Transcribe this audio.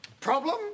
Problem